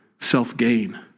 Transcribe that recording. self-gain